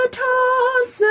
toss